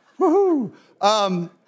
Woohoo